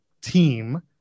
team